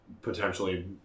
potentially